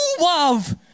love